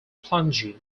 plunge